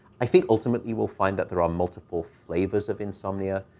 i think ultimately we'll find that there are um multiple flavors of insomnia,